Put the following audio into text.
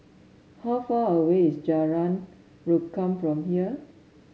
how far away is Jalan Rukam from here